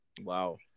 Wow